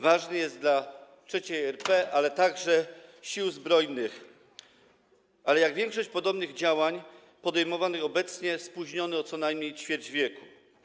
Ważny jest dla III RP, a także Sił Zbrojnych, ale jak większość podobnych działań podejmowanych obecnie spóźniony jest o co najmniej ćwierć wieku.